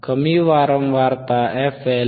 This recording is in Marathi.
कमी वारंवारता fL 159